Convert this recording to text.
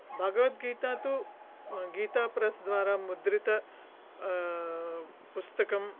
भगवद्गीता तु गीताप्रेस्द्वारा मुद्रित पुस्तकं